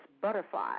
Butterfly